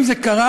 אם זה קרה,